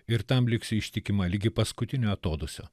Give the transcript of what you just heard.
ir tam liksiu ištikima ligi paskutinio atodūsio